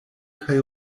kaj